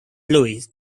louis